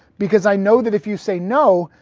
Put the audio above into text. because i know that if you say no,